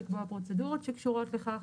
לקבוע פרוצדורות שקשורות לכך,